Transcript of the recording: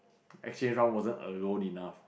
exchange one wasn't alone enough